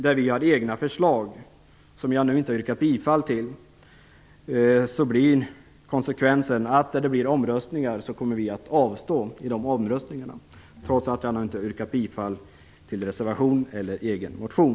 Det innebär att vi kommer att avstå vid omröstningen om moment där vi har egna förslag som jag nu inte har yrkat bifall till.